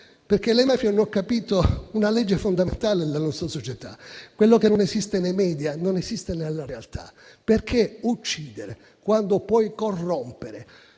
perché le mafie hanno capito una legge fondamentale della nostra società: quello che non esiste nei media non esiste nella realtà. Perché uccidere, quando puoi corrompere?